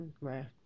Right